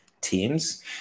teams